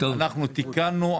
אנחנו תיקנו,